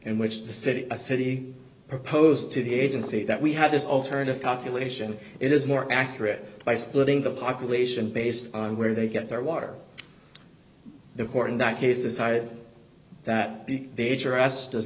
in which the city a city proposed to the agency that we have this alternative copulation it is more accurate by splitting the population based on where they get their water the court in that case decided that the danger us does